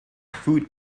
food